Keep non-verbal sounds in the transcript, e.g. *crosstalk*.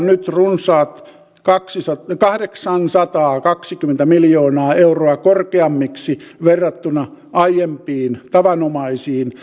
*unintelligible* nyt runsaat kahdeksansataakaksikymmentä miljoonaa euroa korkeammiksi verrattuna aiempaan tavanomaiseen *unintelligible*